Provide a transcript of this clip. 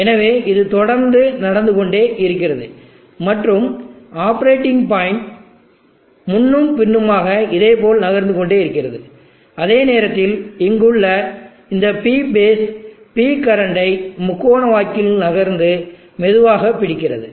எனவே இது தொடர்ந்து நடந்து கொண்டே இருக்கிறது மற்றும் ஆப்பரேட்டிங் பாயிண்ட் முன்னும் பின்னுமாக இதேபோல் நகர்ந்துகொண்டே இருக்கிறது அதே நேரத்தில் இங்குள்ள இந்த P பேஸ் P கரண்டை முக்கோன வாக்கில் நகர்ந்து மெதுவாக பிடிக்கிறது